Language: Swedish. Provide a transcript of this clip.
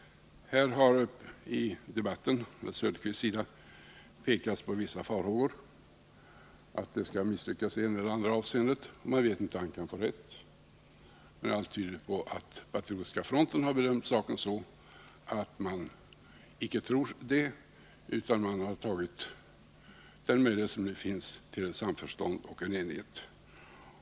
Här har i debatten från Mats Hellströms sida pekats på vissa farhågor för att det skall ske ett misslyckande i det ena eller andra avseendet. Och man vet inte — han kan få rätt. Men allt tyder på att Patriotiska fronten bedömt saken så att man inte tror det, utan man har tagit den möjlighet som nu finns till samförstånd och enighet.